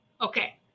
Okay